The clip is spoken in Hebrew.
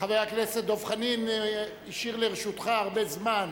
חבר הכנסת דב חנין, הוא השאיר לרשותך הרבה זמן,